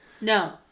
No